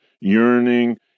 yearning